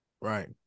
Right